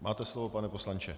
Máte slovo, pane poslanče.